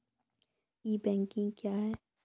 ई banking क्या हैं?